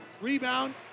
Rebound